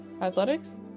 athletics